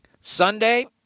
Sunday